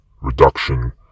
reduction